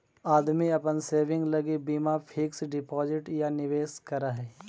आदमी अपन सेविंग लगी बीमा फिक्स डिपाजिट या निवेश करऽ हई